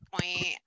point